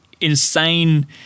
Insane